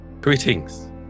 Greetings